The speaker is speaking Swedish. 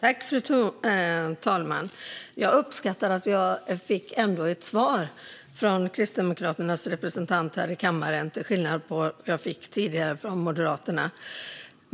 Fru talman! Jag uppskattar att jag ändå fick ett svar från Kristdemokraternas representant här i kammaren, till skillnad från vad jag fick tidigare från Moderaterna.